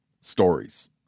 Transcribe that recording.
stories